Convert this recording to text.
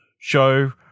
Show